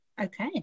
Okay